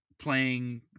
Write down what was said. playing